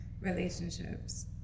relationships